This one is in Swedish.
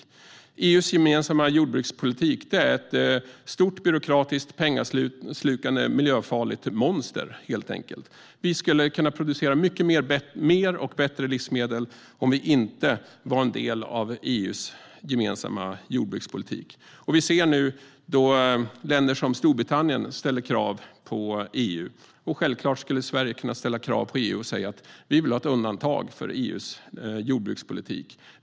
Den är helt enkelt ett stort byråkratiskt, pengaslukande och miljöfarligt monster. Vi skulle kunna producera mycket mer och bättre livsmedel om vi inte var delaktiga i EU:s gemensamma jordbrukspolitik. Vi ser nu att länder som Storbritannien ställer krav på EU. Självklart skulle Sverige kunna ställa krav och säga att vi vill ha ett undantag för EU:s jordbrukspolitik.